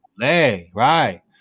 Right